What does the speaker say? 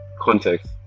context